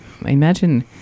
imagine